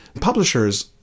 Publishers